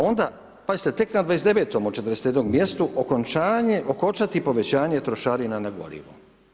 Onda pazite tek na 29. od 41 mjestu okončati povećanje trošarina na gorivo.